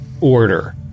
order